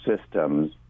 systems